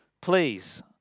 please